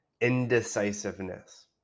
indecisiveness